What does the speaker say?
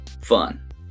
fun